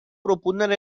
propuneri